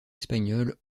espagnole